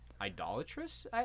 idolatrous